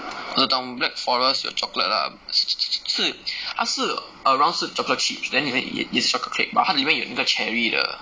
我只懂 black forest 有 chocolate lah 是是是它是 around 是 chocolate chips then 里面 is is chocolate cake but 它里面有那个 cherry 的